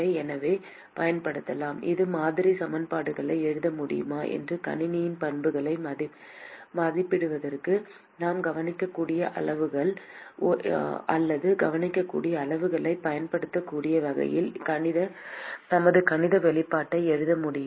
எனவே பயன்படுத்தலாம் நமது மாதிரி சமன்பாடுகளை எழுத முடியுமா மற்றும் கணினியின் பண்புகளை மதிப்பிடுவதற்கு நாம் கவனிக்கக்கூடிய அளவுருக்கள் அல்லது கவனிக்கக்கூடிய அளவுகளைப் பயன்படுத்தக்கூடிய வகையில் நமது கணித வெளிப்பாட்டை எழுத முடியுமா